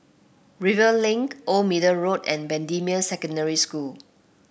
Rivervale Link Old Middle Road and Bendemeer Secondary School